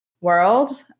world